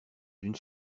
d’une